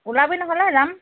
ওলাবি নহ'লে যাম